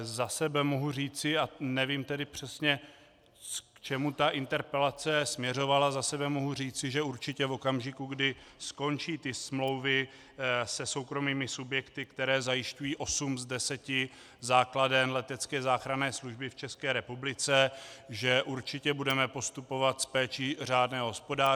Za sebe mohu říci, a nevím přesně, k čemu ta interpelace směřovala, za sebe mohu říci, že určitě v okamžiku, kdy skončí smlouvy se soukromými subjekty, které zajišťují osm z deseti základen letecké záchranné služby v České republice, že určitě budeme postupovat s péči řádného hospodáře.